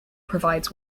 provides